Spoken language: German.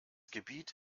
gebiet